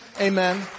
Amen